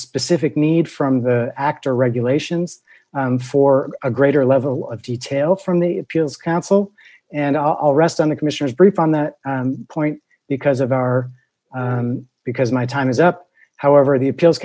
specific need from the act or regulations and for a greater level of detail from the appeals council and i'll rest on the commissioner's brief on that point because of our because my time is up however the appeals